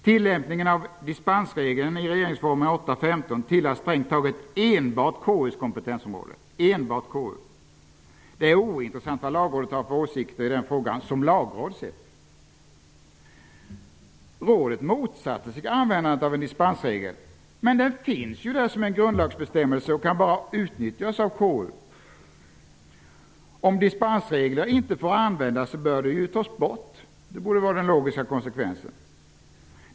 Tillämpningen av dispensregeln i 8 kap. 15 § regeringsformen tillhör strängt taget enbart KU:s kompetensområde. Det är ointressant vad Lagrådet såsom lagråd har för åsikter i den frågan. Lagrådet motsatte sig användandet av en dispensregel. Men den finns ju där såsom en grundlagsbestämmelse och kan utnyttjas bara av KU. Om dispensregler inte får användas, bör de ju tas bort. Det borde vara den logiska konsekvensen.